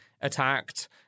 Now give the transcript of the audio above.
attacked